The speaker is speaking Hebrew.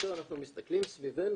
כאשר אנחנו מסתכלים סביבנו,